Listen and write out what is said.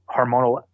hormonal